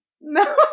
No